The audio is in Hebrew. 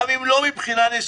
גם אם לא מבחינה ניסוחית,